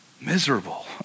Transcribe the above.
miserable